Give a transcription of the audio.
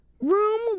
room